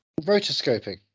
Rotoscoping